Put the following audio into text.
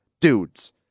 dudes